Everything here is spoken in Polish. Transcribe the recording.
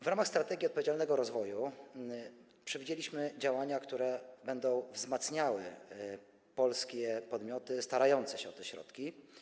W ramach strategii odpowiedzialnego rozwoju przewidzieliśmy działania, które będą wzmacniały polskie podmioty starające się o te środki.